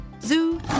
zoo